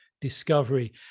discovery